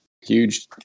huge